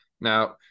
Now